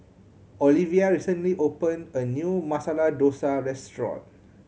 Olivia recently opened a new Masala Dosa Restaurant